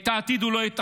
את העתיד הוא לא יתכנן,